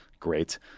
Great